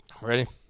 ready